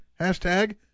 Hashtag